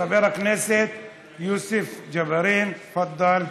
חבר הכנסת יוסף ג'בארין, תפדל.